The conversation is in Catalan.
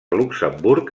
luxemburg